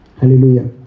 Hallelujah